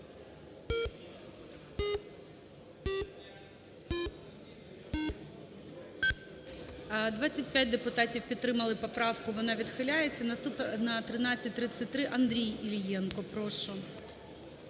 25 депутатів підтримали поправку, вона відхиляється. Наступна 1333 Андрій Іллєнко, прошу.